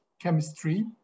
chemistry